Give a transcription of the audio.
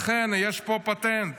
לכן, יש פה פטנט,